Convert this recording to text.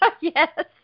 Yes